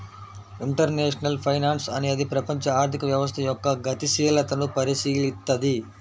international finance అనేది ప్రపంచ ఆర్థిక వ్యవస్థ యొక్క గతిశీలతను పరిశీలిత్తది